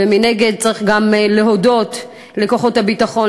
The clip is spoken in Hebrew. ומנגד צריך גם להודות לכוחות הביטחון,